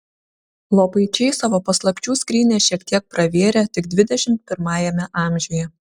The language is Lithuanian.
lopaičiai savo paslapčių skrynią šiek tiek pravėrė tik dvidešimt pirmajame amžiuje